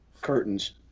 curtains